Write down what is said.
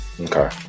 Okay